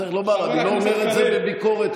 צריך לומר,